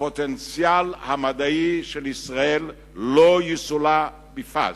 הפוטנציאל המדעי של ישראל לא יסולא בפז.